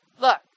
Look